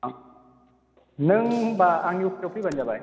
औ नों होनबा आंनि अफिसाव फैबानो जाबाय